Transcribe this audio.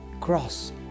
cross